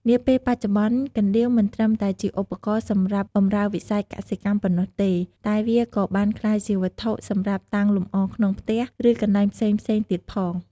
នាពេលបច្ចុប្បន្នកណ្ដៀវមិនត្រឹមតែជាឧបករណ៍សម្រាប់បម្រើវិស័យកសិកម្មប៉ុណ្ណោះទេ តែវាក៏បានក្លាយជាវត្ថុសម្រាប់តាំងលម្អក្នុងផ្ទះ ឬកន្លែងផ្សេងៗទៀតផង។